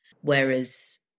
whereas